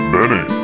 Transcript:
Benny